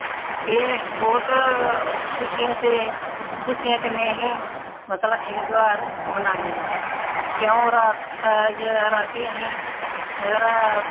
एह् बौह्त खुशियें से खुशियें कन्नै असीं मतलब एह् तेहार मनान्ने आं क्यों रातीं असें मतलब